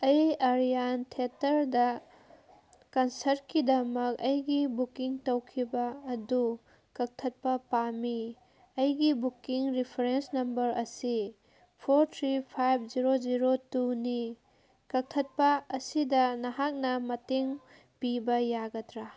ꯑꯩ ꯑꯔꯤꯌꯥꯟ ꯊꯦꯇꯔꯗ ꯀꯟꯁ꯭ꯔꯠꯀꯤꯗꯃꯛ ꯑꯩꯒꯤ ꯕꯨꯛꯀꯤꯡ ꯇꯧꯈꯤꯕ ꯑꯗꯨ ꯀꯛꯊꯠꯄ ꯄꯥꯝꯃꯤ ꯑꯩꯒꯤ ꯕꯨꯛꯀꯤꯡ ꯔꯤꯐ꯭ꯔꯦꯟꯁ ꯅꯝꯕꯔ ꯑꯁꯤ four three five zero zero ꯇꯨꯅꯤ ꯀꯛꯊꯠꯄ ꯑꯁꯤꯗ ꯅꯍꯥꯛꯅ ꯃꯇꯦꯡ ꯄꯤꯕ ꯌꯥꯒꯗ꯭ꯔꯥ